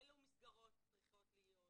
אלו מסגרות צריכות להיות,